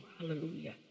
hallelujah